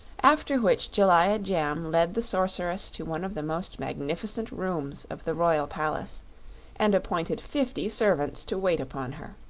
after which jellia jamb led the sorceress to one of the most magnificent rooms of the royal palace and appointed fifty servants to wait upon her.